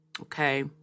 Okay